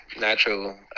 natural